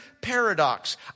paradox